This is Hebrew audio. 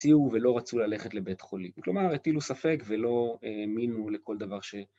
‫הציעו ולא רצו ללכת לבית חולי. ‫כלומר, הטילו ספק ולא האמינו לכל דבר ש...